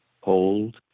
hold